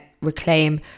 Reclaim